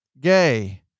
gay